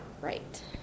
right